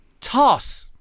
toss